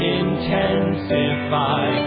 intensify